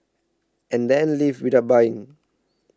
and then leave without buying